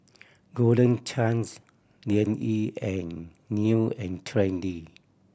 Golden Chance Liang Yi and New and Trendy